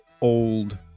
old